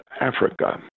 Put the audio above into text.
Africa